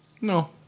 No